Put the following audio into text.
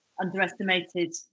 Underestimated